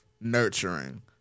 nurturing